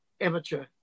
amateur